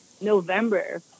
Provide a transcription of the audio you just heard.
November